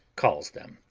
calls them.